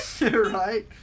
right